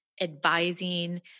advising